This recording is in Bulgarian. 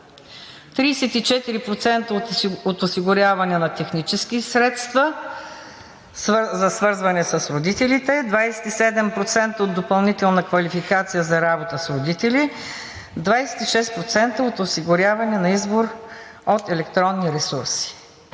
34% – от осигуряване на технически средства за свързване с родителите; 27% – от допълнителна квалификация за работа с родители; 26% – от осигуряване на избор от електронни ресурси.